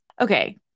okay